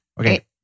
Okay